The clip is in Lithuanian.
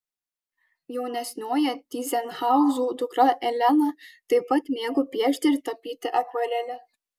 jaunesnioji tyzenhauzų dukra elena taip pat mėgo piešti ir tapyti akvarele